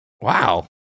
Wow